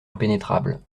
impénétrables